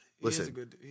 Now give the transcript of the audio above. Listen